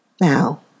Now